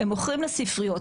הם מוכרים לספריות,